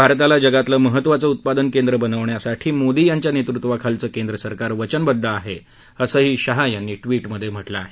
भारताला जगातलं महत्वाचं उत्पादन केंद्र बनवण्यासाठी मोदी यांच्या नेतृत्वाखालचं केंद्र सरकार वचनबद्ध आहे असंही शाह यांनी ट्विटमध्ये म्हटलं आहे